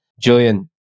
Julian